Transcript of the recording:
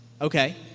Okay